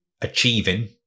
achieving